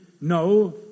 no